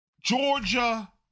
Georgia